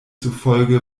zufolge